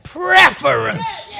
preference